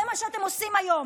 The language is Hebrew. זה מה שאתם עושים היום.